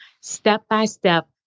step-by-step